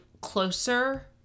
closer